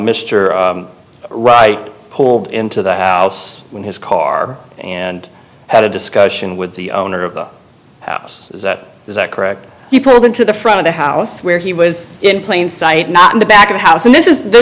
wright pulled into the house when his car and had a discussion with the owner of the house is that correct he pulled into the front of the house where he was in plain sight not in the back of the house and this is the